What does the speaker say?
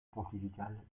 pontifical